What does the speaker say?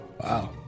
Wow